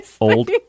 old